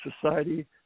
Society